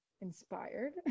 inspired